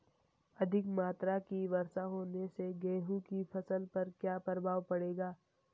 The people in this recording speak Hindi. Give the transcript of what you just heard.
अधिक मात्रा की वर्षा होने से गेहूँ की फसल पर क्या प्रभाव पड़ेगा?